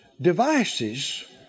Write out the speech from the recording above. devices